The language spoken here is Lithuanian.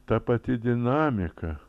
ta pati dinamika